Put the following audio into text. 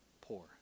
poor